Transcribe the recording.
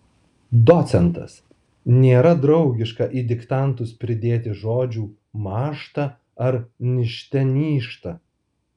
docentas nėra draugiška į diktantus pridėti žodžių mąžta ar nižte nyžta